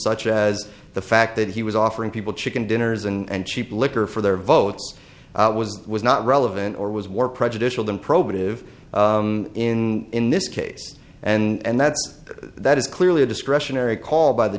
such as the fact that he was offering people chicken dinners and cheap liquor for their votes was was not relevant or was were prejudicial than probative in in this case and that that is clearly a discretionary call by the